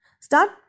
start